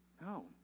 No